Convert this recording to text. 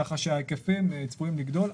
ככה שההיקפים צפויים לגדול.